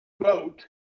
vote